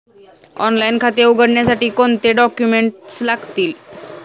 Online खाते उघडण्यासाठी कोणते डॉक्युमेंट्स लागतील?